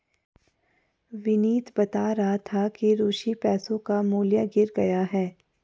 विनीत बता रहा था कि रूसी पैसों का मूल्य गिर गया है